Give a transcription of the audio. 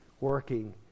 working